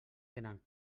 tenen